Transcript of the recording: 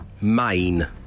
main